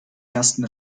ersten